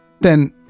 Then